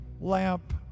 lamp